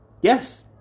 Yes